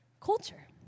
culture